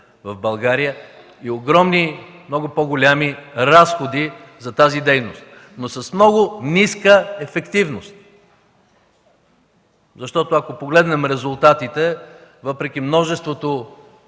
в България и до огромни, много по-големи разходи за тази дейност, но с много ниска ефективност. Защото, ако погледнем, въпреки множеството